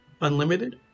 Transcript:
Unlimited